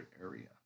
area